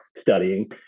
studying